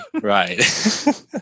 Right